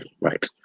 right